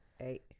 eight